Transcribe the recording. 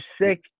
sick